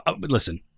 listen